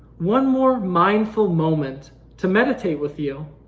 one more mindful moment to meditate with you,